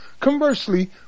Conversely